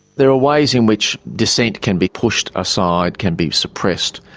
there are ways in which dissent can be pushed aside, can be suppressed.